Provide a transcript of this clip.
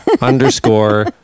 underscore